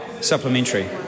Supplementary